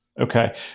Okay